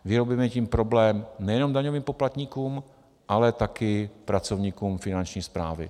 Vyrobíme tím problém nejen daňovým poplatníkům, ale také pracovníkům Finanční správy.